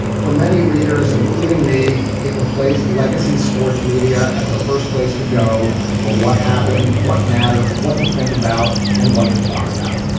for many readers including me it replaced legacy sports media as the first place to go for what happened. what mattered what to think about and what to talk about.